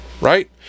right